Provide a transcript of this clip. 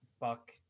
Buck